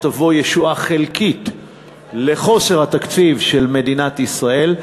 תבוא ישועה חלקית לחוסר התקציב של מדינת ישראל,